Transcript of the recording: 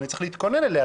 אני צריך להתכונן אליה,